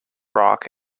rock